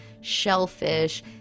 shellfish